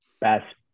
best